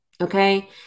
Okay